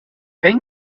wenn